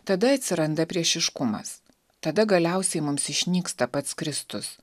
tada atsiranda priešiškumas tada galiausiai mums išnyksta pats kristus